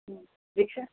जिखिजाया